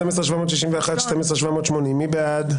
12,701 עד 12,720, מי בעד?